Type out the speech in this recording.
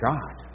God